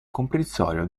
comprensorio